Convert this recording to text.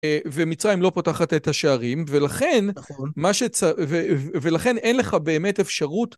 ומצרים לא פותחת את השערים, ולכן אין לך באמת אפשרות...